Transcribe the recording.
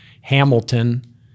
Hamilton